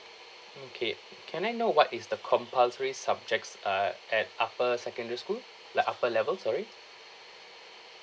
okay can I know what is the compulsory subjects uh at upper secondary school like upper level sorry